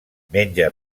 menja